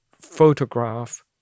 photograph